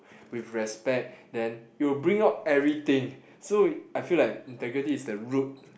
with respect then it will bring out everything so I~ I feel like integrity is the root